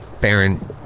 Baron